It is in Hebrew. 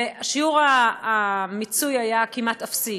ושיעור המיצוי היה כמעט אפסי,